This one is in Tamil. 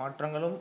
மாற்றங்களும்